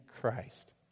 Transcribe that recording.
Christ